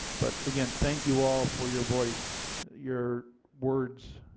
but again thank you all for your voice. your words,